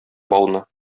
бауны